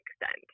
extent